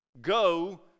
Go